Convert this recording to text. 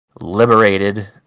liberated